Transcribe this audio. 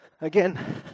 again